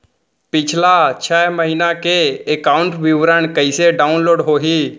पिछला छः महीना के एकाउंट विवरण कइसे डाऊनलोड होही?